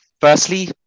Firstly